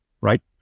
right